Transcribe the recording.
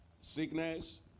sickness